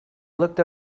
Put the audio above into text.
looked